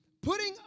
putting